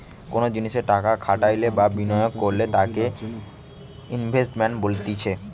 কোনো জিনিসে টাকা খাটাইলে বা বিনিয়োগ করলে তাকে ইনভেস্টমেন্ট বলতিছে